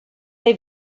they